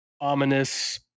ominous